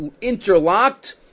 interlocked